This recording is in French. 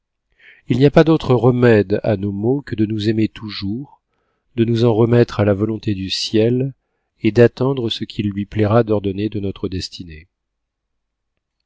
il n'y a pas d'autre remède à nos maux que de nous aimer toujours de nous en remettre à la volonté du ciel et d'attendre ce qu'il lui plaira d'ordonner de notre destinée